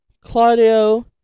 Claudio